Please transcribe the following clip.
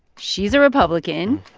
she's a republican.